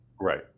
Right